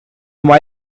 why